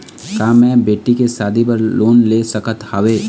का मैं बेटी के शादी बर लोन ले सकत हावे?